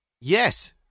Yes